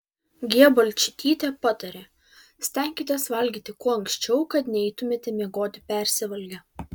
g balčytytė patarė stenkitės valgyti kuo anksčiau kad neeitumėte miegoti persivalgę